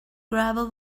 gravel